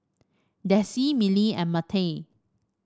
Dessie Mylee and Mattye